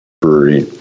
brewery